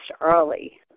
early